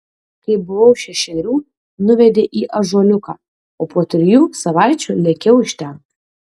kai buvau šešerių nuvedė į ąžuoliuką o po trijų savaičių lėkiau iš ten